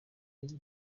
izi